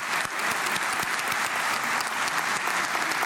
(מחיאות כפיים)